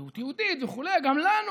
זהות יהודית וכו'; גם לנו,